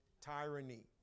tyranny